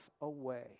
away